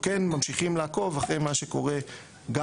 אנחנו כן ממשיכים לעקוב אחרי מה שקורה גם